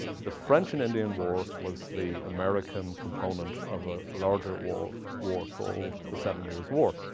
the the french and indian war was the american component of a larger war war called the seven years' war.